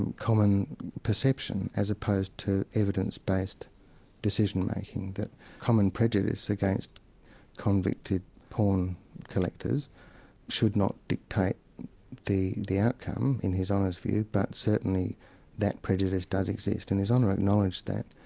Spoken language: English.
and common perception, as opposed to evidence-based decision-making, that common prejudice against convicted porn collectors should not dictate the the outcome, in his honour's view, but certainly that prejudice does exist and his honour acknowledged that.